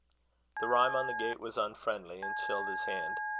the rime on the gate was unfriendly, and chilled his hand.